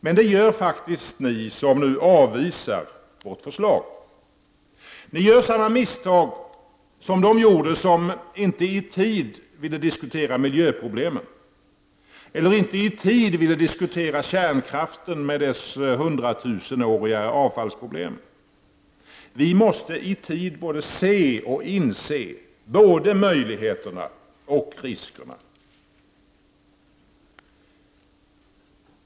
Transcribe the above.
Men det gör faktiskt ni som vill avvisa vårt förslag. Ni gör samma misstag som de gjorde som inte i tid ville diskutera miljöproblemen eller kärnkraften med dess avfallsproblem som kommer att finnas i hundratusen år. Vi måste i tid se och inse både möjligheterna och riskerna.